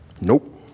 nope